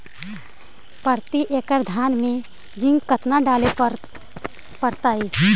प्रती एकड़ धान मे जिंक कतना डाले पड़ताई?